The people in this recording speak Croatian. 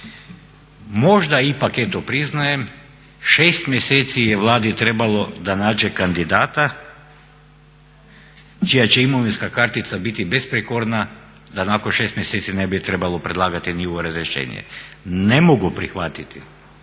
Možda ipak eto priznajem, 6 mjeseci je Vladi trebalo da nađe kandidata čija će imovinska kartica biti besprijekorna da nakon 6 mjeseci ne bi trebalo predlagati njihovo razrješenje. Ne mogu prihvatiti